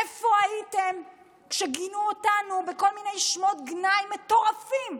איפה הייתם כשגינו אותנו בכל מיני שמות גנאי מטורפים,